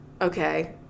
Okay